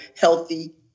healthy